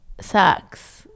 Sucks